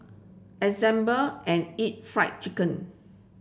assemble and eat fried chicken